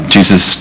Jesus